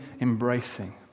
embracing